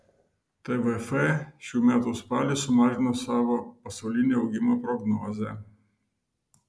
tvf šių metų spalį sumažino savo pasaulinio augimo prognozę